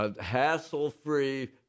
hassle-free